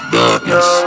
Darkness